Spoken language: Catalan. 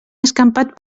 escampat